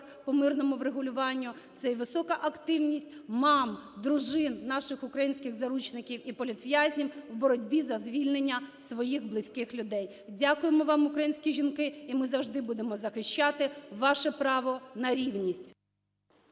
по мирному врегулюванню, це і висока активність мам, дружин наших українських заручників і політв'язнів в боротьбі за звільнення своїх близьких людей. Дякуємо вам українські жінки! І ми завжди будемо захищати ваше право на рівність.